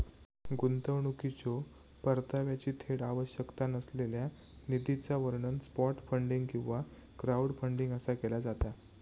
गुंतवणुकीच्यो परताव्याची थेट आवश्यकता नसलेल्या निधीचा वर्णन सॉफ्ट फंडिंग किंवा क्राऊडफंडिंग असा केला जाता